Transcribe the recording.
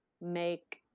make